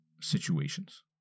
situations